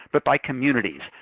but by communities,